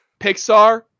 Pixar